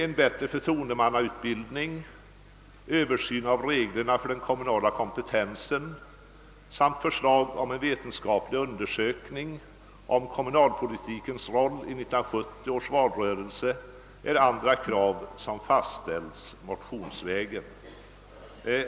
En bättre förtroendemannautbildning, översyn av reglerna för den kommunala kompetensen samt en vetenskaplig undersökning om kommunalpolitikens roll i 1970 års valrörelse är andra krav som framställts motionsvägen.